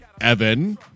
Evan